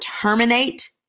terminate